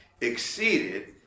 exceeded